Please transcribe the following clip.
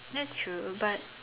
that's true but